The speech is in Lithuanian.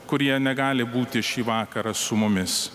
kurie negali būti šį vakarą su mumis